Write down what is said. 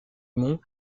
mont